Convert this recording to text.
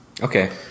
Okay